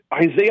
Isaiah